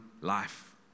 life